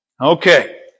Okay